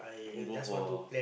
go for